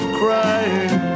crying